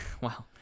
wow